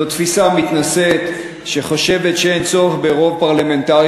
זו תפיסה מתנשאת שחושבת שאין צורך ברוב פרלמנטרי